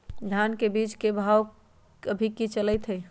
धान के बीज के भाव अभी की चलतई हई?